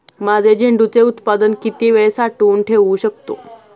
माझे झेंडूचे उत्पादन किती वेळ साठवून ठेवू शकतो?